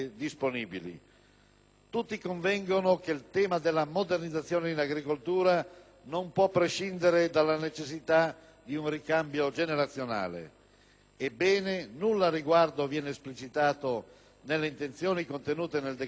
Tutti convengono che il tema della modernizzazione dell'agricoltura non può prescindere della necessità di un ricambio generazionale. Ebbene, nulla al riguardo viene esplicitato nelle intenzioni contenute nel disegno di legge in discussione,